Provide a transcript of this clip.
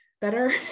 better